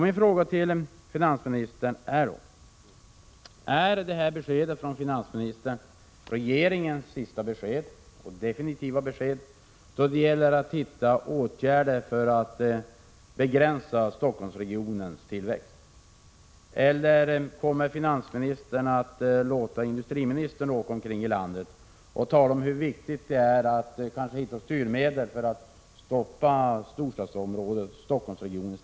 Min fråga till finansministern är då: Är det här beskedet från finansministern regeringens sista och definitiva besked då det gäller att hitta åtgärder för att begränsa Stockholmsregionens tillväxt? Eller kommer finansministern att låta industriministern åka omkring i landet och tala om hur viktigt det är att finna styrmedel för att stoppa storstadsområdet Stockholms tillväxt? Prot.